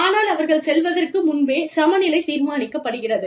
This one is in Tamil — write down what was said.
ஆனால் அவர்கள் செல்வதற்கு முன்பே சமநிலை தீர்மானிக்கப்படுகிறது